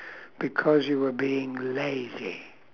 because you were being lazy